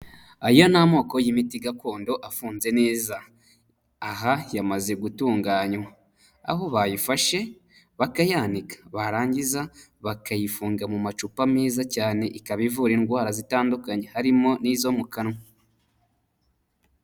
Aya ni amoko y'imiti gakondo afunze neza. Aha yamaze gutunganywa. Aho bayifashe bakayanika. Barangiza bakayifunga mu macupa meza cyane ikaba ivura indwara zitandukanye harimo n'izo mu kanwa.